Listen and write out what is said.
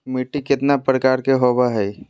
मिट्टी केतना प्रकार के होबो हाय?